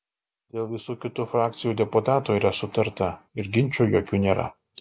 dėl visų kitų frakcijų deputatų yra sutarta ir ginčų jokių nėra